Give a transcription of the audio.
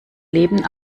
leben